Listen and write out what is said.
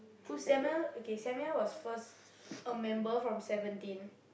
Samuel okay Samuel was first a member from Seventeen